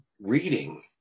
reading